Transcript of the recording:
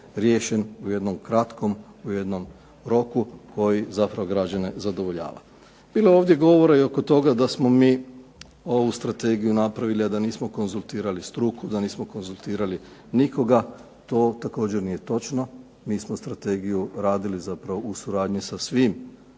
riješen u jednom kratkom, u jednom roku koji zapravo građane zadovoljava. Bilo je ovdje govora i oko toga da smo mi ovu strategiju napravili, a da nismo konzultirali struku, da nismo konzultirali nikoga, to također nije točno. Mi smo strategiju radili zapravo u suradnji sa svim